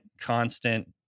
constant